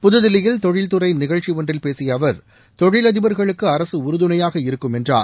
புதுதில்லியில் தொழில்துறை நிகழ்ச்சி ஒன்றில் பேசிய அவர் தொழில் அதிபர்களுக்கு அரசு உறுதுணையாக இருக்கும் என்றார்